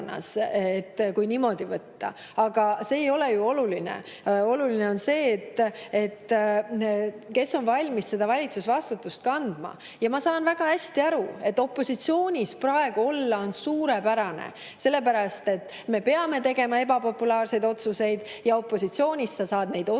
kui niimoodi võtta. Aga see ei ole ju oluline. Oluline on see, kes on valmis valitsusvastutust kandma. Ma saan väga hästi aru, et opositsioonis olla on praegu suurepärane, sest meie peame tegema ebapopulaarseid otsuseid ja opositsioonis olles sa saad neid otsuseid